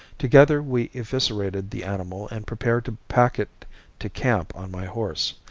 together we eviscerated the animal and prepared to pack it to camp on my horse.